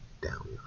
down